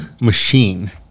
machine